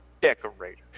decorator